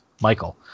Michael